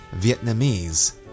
Vietnamese